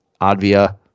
Advia